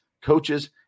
coaches